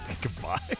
Goodbye